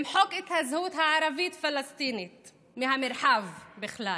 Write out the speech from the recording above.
למחוק את הזהות הערבית-פלסטינית מהמרחב בכלל,